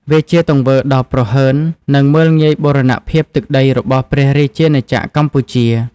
វាជាទង្វើដ៏ប្រហើន និងមើលងាយបូរណភាពទឹកដីរបស់ព្រះរាជាណាចក្រកម្ពុជា។